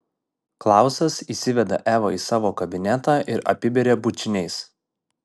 klausas įsiveda evą į savo kabinetą ir apiberia bučiniais